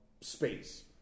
space